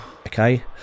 Okay